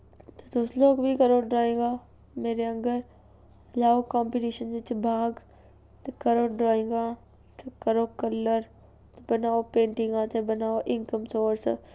तुस लोग बी करो ड्राइंगां मेरे आंह्गर लैओ कंपीटीशन बिच्च भाग ते करो ड्राइंगां ते करो कलर ते बनाओ पेंटिगां ते बनाओ इनकम सोर्स